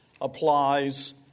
applies